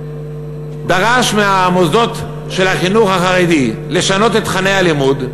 דרש מהמוסדות של החינוך החרדי לשנות את תוכני הלימוד,